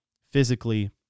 physically